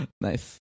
Nice